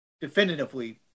definitively